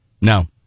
No